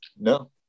No